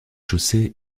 chaussée